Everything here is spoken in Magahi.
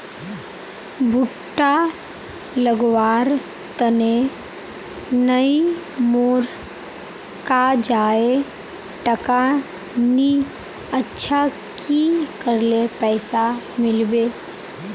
भुट्टा लगवार तने नई मोर काजाए टका नि अच्छा की करले पैसा मिलबे?